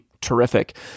terrific